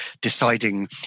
deciding